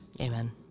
amen